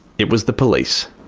it was the police.